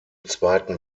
zweiten